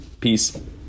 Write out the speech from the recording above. Peace